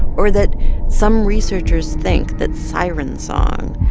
or that some researchers think that siren song,